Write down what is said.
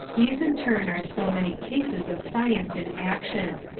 these in turn are so many cases of science in action.